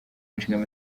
ishinga